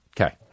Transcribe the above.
Okay